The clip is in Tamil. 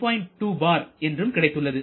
2 bar என்றும் கிடைத்துள்ளது